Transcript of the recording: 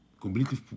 Completely